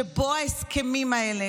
שבו ההסכמים האלה,